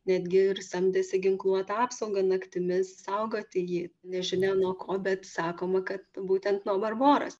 netgi ir samdėsi ginkluotą apsaugą naktimis saugoti jį nežinia nuo ko bet sakoma kad būtent nuo barboros